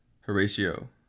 Horatio